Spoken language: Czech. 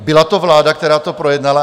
Byla to vláda, která to projednala?